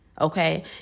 okay